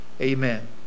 amen